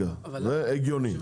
זה הגיוני.